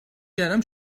کردم